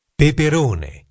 Peperone